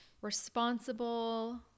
responsible